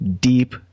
deep